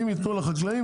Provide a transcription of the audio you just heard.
אם יתנו לחקלאים,